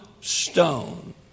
stone